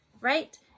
right